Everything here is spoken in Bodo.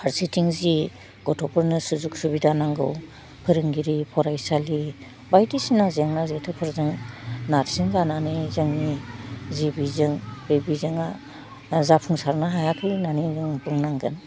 फारसेथिं जि गथ'फोरनो सुजुक सुबिदा नांगौ फोरोंगिरि फरायसालि बायदिसिना जेंना जेथोफोरजों नारसिन जानानै जोंनि जि बिजों बे बिजोङा ओह जाफुंसारनो हायाखै होन्नानै जों बुंनांगोन